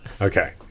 Okay